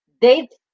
dates